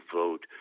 vote